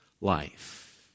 life